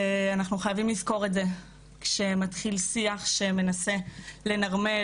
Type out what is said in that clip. אנחנו חייבים לזכור את זה כשמתחיל שיח שמנסה לנרמל